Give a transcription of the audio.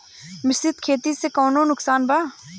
मिश्रित खेती से कौनो नुकसान बा?